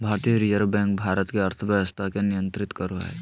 भारतीय reserve bank Bharat के अर्थव्यवस्था के नियन्त्रित करो हइ